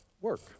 Work